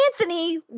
Anthony